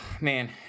man